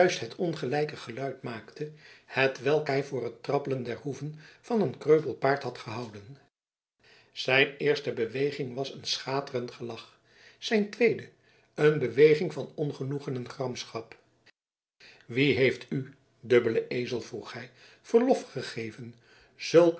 het ongelijke geluid maakte hetwelk hij voor het trappelen der hoeven van een kreupel paard had gehouden zijn eerste beweging was een schaterend gelach zijn tweede een beweging van ongenoegen en gramschap wie heeft u dubbele ezel vroeg hij verlof gegeven zulk